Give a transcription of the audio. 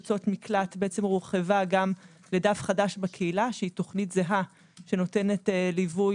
יוצאות מקלט הורחבה גם לדף חדש בקהילה שהיא תוכנית זהה שנותנת ליווי